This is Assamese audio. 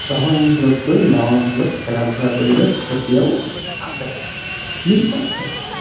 চহৰ অঞ্চলতকৈ গাঁও অঞ্চলত খেলা ধূলাৰ পৰিৱেশ এতিয়াও আছে নিশ্চয় আছে